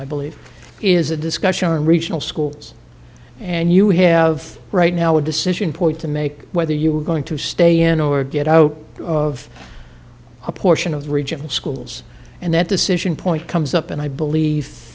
my believe is a discussion in regional schools and you have right now a decision point to make whether you're going to stay in or get out of a portion of the regional schools and that decision point comes up and i believe